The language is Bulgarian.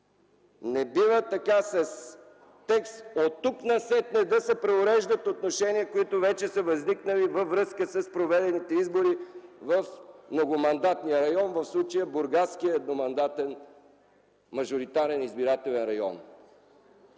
Не бива така с текст, оттук насетне, да се преуреждат отношения, които вече са възникнали във връзка с проведените избори в многомандатния район, в случая в Бургаския едномандатен мажоритарен избирателен район.